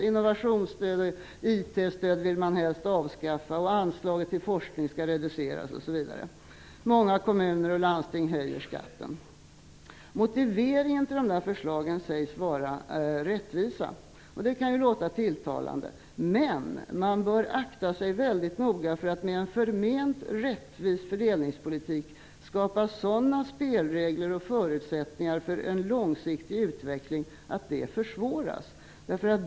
Innovationsstödet och IT-stödet vill man helst avskaffa. Anslag till forskning skall reduceras osv. Många kommuner och landsting höjer skatten. Motiveringen till dessa förslag sägs vara rättvisan. Det kan låta tilltalande. Men man bör akta sig väldigt noga för att inte med en förment rättvis fördelningspolitik skapa sådana spelregler och förutsättningar för en långsiktig utveckling att det hela försvåras.